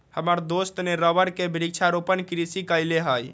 हमर दोस्त ने रबर के वृक्षारोपण कृषि कईले हई